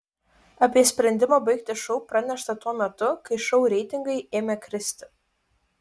apie sprendimą baigti šou pranešta tuo metu kai šou reitingai ėmė kristi